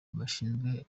bashinze